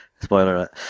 Spoiler